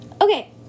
Okay